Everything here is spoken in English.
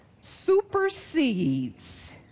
supersedes